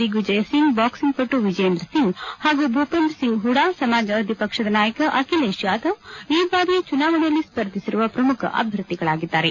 ದಿಗ್ನಿಜಯಸಿಂಗ್ boxing ಪಟು ವಿಜೇಂದ್ರಸಿಂಗ್ ಹಾಗೂ ಭೂಪೇಂದ್ರಸಿಂಗ್ ಪೂಡ ಸಮಾಜವಾದಿ ಪಕ್ಷದ ನಾಯಕ ಅಖಿಲೇಶ್ ಯಾದವ್ ಈ ಬಾರಿಯ ಚುನಾವಣೆಯಲ್ಲಿ ಸ್ಪರ್ಧಿಸಿರುವ ಪ್ರಮುಖ ಅಭ್ಯರ್ಥಿಗಳಾಗಿದ್ದಾರೆ